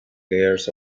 layers